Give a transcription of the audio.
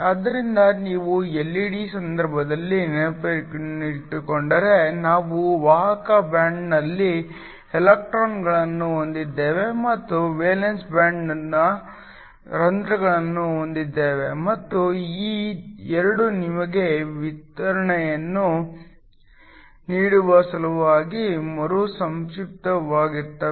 ಆದ್ದರಿಂದ ನೀವು ಎಲ್ಇಡಿ ಸಂದರ್ಭದಲ್ಲಿ ನೆನಪಿಸಿಕೊಂಡರೆ ನಾವು ವಾಹಕ ಬ್ಯಾಂಡ್ನಲ್ಲಿ ಎಲೆಕ್ಟ್ರಾನ್ಗಳನ್ನು ಹೊಂದಿದ್ದೇವೆ ಮತ್ತು ವೇಲೆನ್ಸ್ ಬ್ಯಾಂಡ್ನಲ್ಲಿ ರಂಧ್ರಗಳನ್ನು ಹೊಂದಿದ್ದೇವೆ ಮತ್ತು ಈ 2 ನಿಮಗೆ ವಿಕಿರಣವನ್ನು ನೀಡುವ ಸಲುವಾಗಿ ಮರುಸಂಪರ್ಕಿಸುತ್ತವೆ